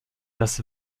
das